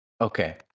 okay